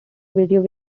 videos